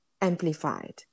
amplified